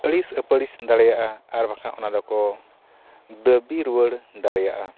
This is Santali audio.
ᱟᱹᱲᱤᱥ ᱟᱹᱯᱟᱹᱲᱤᱥ ᱫᱟᱲᱮᱭᱟᱜᱼᱟ ᱟᱨ ᱵᱟᱝᱠᱷᱟᱱ ᱚᱱᱟ ᱫᱚᱠᱚ ᱫᱟᱹᱵᱤ ᱨᱩᱣᱟᱹᱲ ᱫᱟᱲᱮᱭᱟᱜᱼᱟ